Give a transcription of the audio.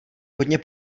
hodně